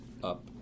up